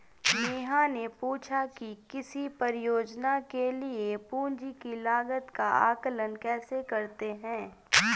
नेहा ने पूछा कि किसी परियोजना के लिए पूंजी की लागत का आंकलन कैसे करते हैं?